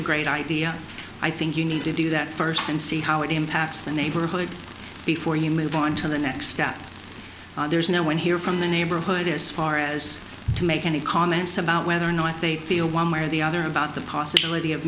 a great idea i think you need to do that first and see how it impacts the neighborhood before you move on to the next step there's no one here from the neighborhood as far as to make any comments about whether or not they one way or the other about the possibility of